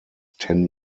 ten